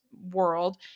world